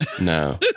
no